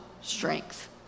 strength